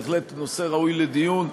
בהחלט נושא ראוי לדיון,